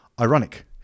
ironic